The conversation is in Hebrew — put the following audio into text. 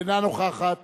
איננה נוכחת